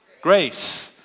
Grace